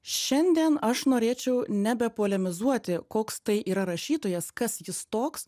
šiandien aš norėčiau nebepolemizuoti koks tai yra rašytojas kas jis toks